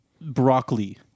broccoli